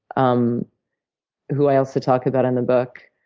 um who i also talk about in the book,